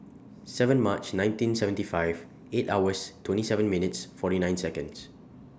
seven March nineteen seventy five eight hours twenty seven minutes forty nine Seconds